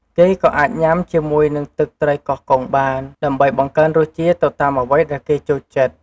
គេក៏អាចញ៉ាំជាមួយនឹងទឹកត្រីកោះកុងបាន ដើម្បីបង្កើនរសជាតិទៅតាមអ្វីដែលគេចូលចិត្ត។